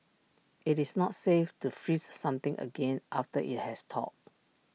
IT is not safe to freeze something again after IT has thawed